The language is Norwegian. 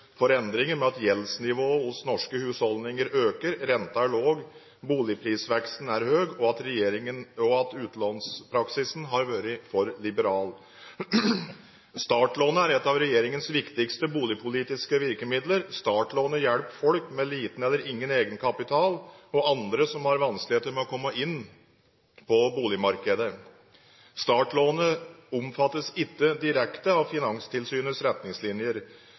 for endringer med at gjeldsnivået hos norske husholdninger øker, renta er lav, boligprisveksten er høy, og utlånspraksisen har vært for liberal. Startlånet er et av regjeringens viktigste boligpolitiske virkemidler. Startlånet hjelper folk med liten eller ingen egenkapital og andre som har vanskeligheter med å komme inn på boligmarkedet. Startlånet omfattes ikke direkte av Finanstilsynets retningslinjer,